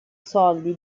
soldi